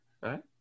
right